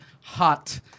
hot